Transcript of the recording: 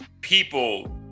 people